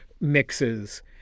mixes